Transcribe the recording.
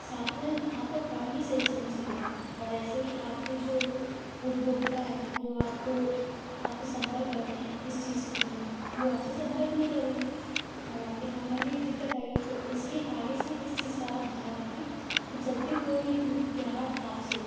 साथ में आपका काम भी सही से नहीं चलेगा और ऐसे ही आपके जो उपभोक्ता हैं जो आपको आपसे संपर्क रहते हैं इस चीज के लिए वो आपसे संपर्क नहीं करेंगे और आपके काम में भी दिक्कत आएगी तो इसलिए आगे से इस चीज का आप ध्यान रखें कि जब भी कोई ग्राहक आपसे